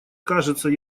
кажется